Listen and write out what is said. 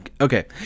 Okay